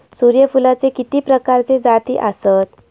सूर्यफूलाचे किती प्रकारचे जाती आसत?